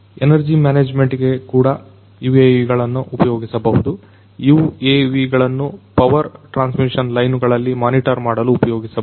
energy management ಗೆ ಕೂಡ UAVಗಳನ್ನು ಉಪಯೋಗಿಸಬಹುದು UAVಗಳನ್ನು ಪವರ್ ಟ್ರಾನ್ಸ್ ಮಿಷನ್ ಲೈನುಗಳನ್ನು ಮಾನಿಟರ್ ಮಾಡಲು ಉಪಯೋಗಿಸಬಹುದು